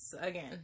again